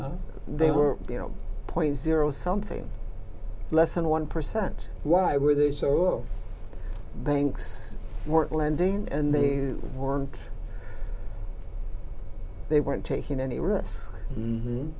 they were you know point zero something less than one percent why were they so banks weren't lending and they who weren't they weren't taking any